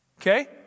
Okay